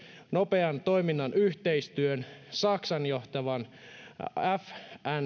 nopean toiminnan yhteistyön saksan johtaman fnc